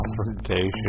confrontation